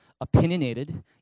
opinionated